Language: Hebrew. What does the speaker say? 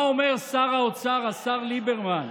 מה אומר שר האוצר, השר ליברמן?